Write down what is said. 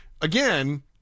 Again